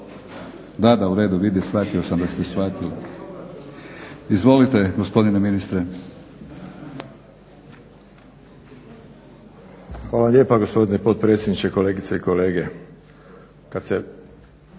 Hvala lijepa gospodine potpredsjedniče, kolegice i kolege. Kad se